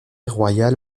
royale